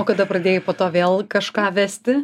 o kada pradėjai po to vėl kažką vesti